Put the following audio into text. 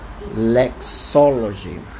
Lexology